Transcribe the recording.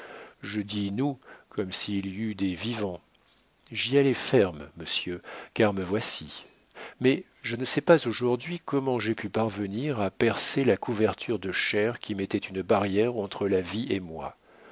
je dis nous comme s'il y eût eu des vivants j'y allais ferme monsieur car me voici mais je ne sais pas aujourd'hui comment j'ai pu parvenir à percer la couverture de chair qui mettait une barrière entre la vie et moi